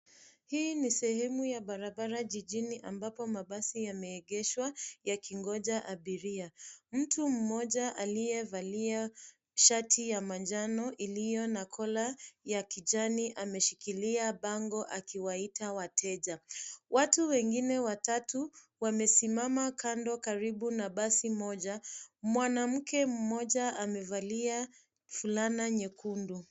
Hii ni sehemu ya barabara jijini ambapo mabasi yameegeshwa yakingoja abiria. Mtu mmoja aliyevalia shati ya manjano iliyo na kola ya kijani ameshikilia bango akiwaita wateja. Watu wengine watatu wamesimama kando karibu na basi moja. Mwanamke mmoja amevalia fulana nyekundu.